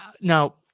now